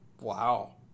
Wow